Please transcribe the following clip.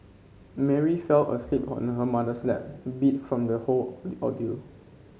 Mary fell asleep on her mother's lap beat from the whole ordeal